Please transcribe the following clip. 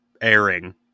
airing